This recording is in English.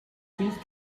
please